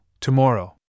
tomorrow